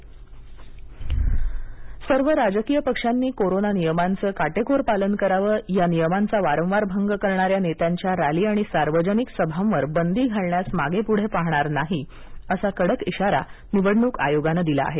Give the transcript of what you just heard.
निवडणूक आयोग सर्व राजकीय पक्षांनी कोरोना नियमांचं काटेकोर पालन करावं या नियमांचा वारवार भंग करणाऱ्या नेत्याच्या रॅली आणि सार्वजनिक सभांवर बंदी घालण्यास मागेपुढे पाहणार नाही असा कडक इशारा निवडणूक आयोगानं दिला आहे